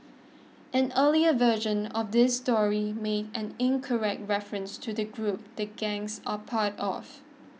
an earlier version of this story made an incorrect reference to the group the gangs are part of